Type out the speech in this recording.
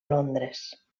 londres